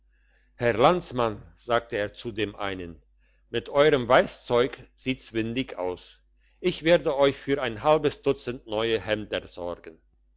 herr landsmann sagte er zu einem mit euerm weisszeug sieht's windig aus ich werde euch für ein halbes dutzend neue hemder sorgen